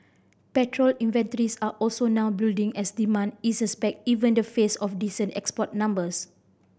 petrol inventories are also now building as demand eases back even in the face of decent export numbers